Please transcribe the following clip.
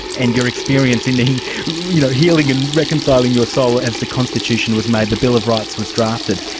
and your experience in in you know healing and reconciling your soul as the constitution was made, the bill of rights was drafted,